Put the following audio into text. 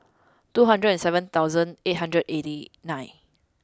two hundred and seven thousand eight hundred eighty nine